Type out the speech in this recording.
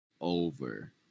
over